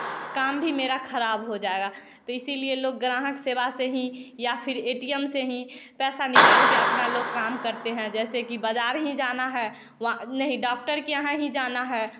काम भी मेरा खराब हो जाएगा तो इसीलिए लोग ग्राहक सेवा से ही या फिर ए टी एम से ही पैसा निकाल कर अपना लोग काम करते हैं जैसे कि बाज़ार ही जाना है वहाँ नहीं डॉक्टर के यहाँ ही जाना है